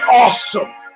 awesome